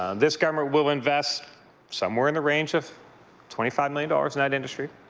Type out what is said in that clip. this government will invest somewhere in the range of twenty five million dollars in that industry,